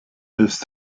ist